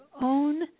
own